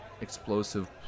explosive